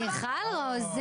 מיכל רוזין, ברוכה הבאה.